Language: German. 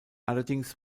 allerdings